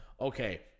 okay